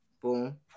Boom